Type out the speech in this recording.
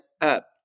up